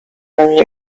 very